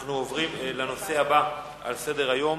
אנחנו עוברים לנושא הבא על סדר-היום: